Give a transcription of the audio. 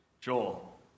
Joel